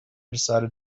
decided